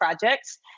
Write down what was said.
projects